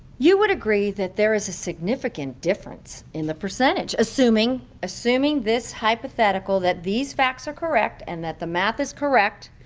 you would agree that there is a significant difference in the percentage assuming assuming this hypothetical, that these facts are correct and that the math is correct,